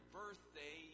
birthday